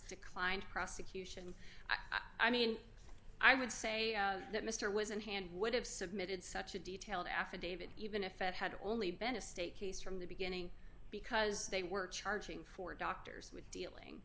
declined prosecution i mean i would say that mr was in hand would have submitted such a detailed affidavit even if it had only been a state case from the beginning because they were charging four doctors with dealing